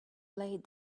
laid